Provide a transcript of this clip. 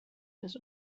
his